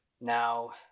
Now